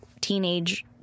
teenage